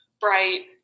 bright